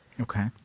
Okay